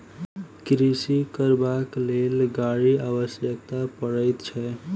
कृषि करबाक लेल गाड़ीक आवश्यकता पड़ैत छै